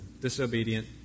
disobedient